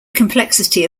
complexity